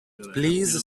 please